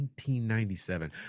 1997